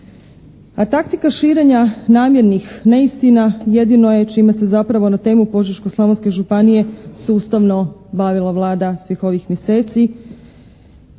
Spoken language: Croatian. A taktika širenja namjernih neistina jedino je čime se zapravo na temu Požeško-slavonske županije sustavno bavila Vlada svih ovih mjeseci.